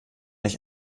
ich